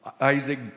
Isaac